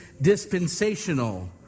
dispensational